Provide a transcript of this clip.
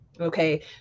Okay